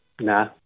Nah